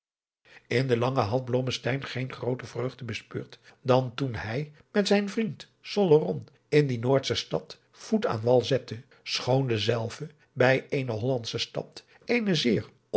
is in lange had blommesteyn geen grooter vreugde bespeurd dan toen hij met zijn vriend solleron in die noordsche stad voet aan wal zette adriaan loosjes pzn het leven van johannes wouter blommesteyn schoon dezelve bij eene hollandsche stad eene zeer